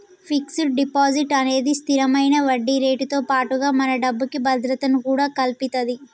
fixed deposit అనేది స్తిరమైన వడ్డీరేటుతో పాటుగా మన డబ్బుకి భద్రతను కూడా కల్పిత్తది